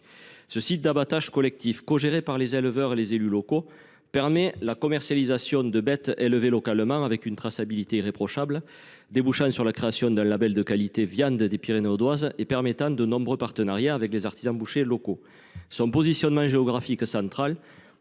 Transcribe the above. Ce site d’abattage collectif, cogéré par les éleveurs et les élus locaux, permet la commercialisation de bêtes élevées localement avec une traçabilité irréprochable, justifiant la création du label de qualité « Viandes des Pyrénées audoises » et favorisant de nombreux partenariats avec les artisans bouchers locaux. Son positionnement géographique central